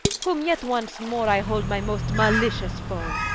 whom yet once more i hold my most malicious foe,